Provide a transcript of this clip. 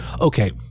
okay